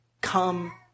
Come